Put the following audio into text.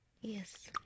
Yes